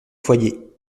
foyer